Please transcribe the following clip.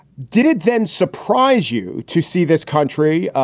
did it then surprise you to see this country,